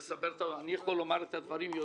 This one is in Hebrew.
אני יכול לומר את הדברים,